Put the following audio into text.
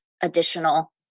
additional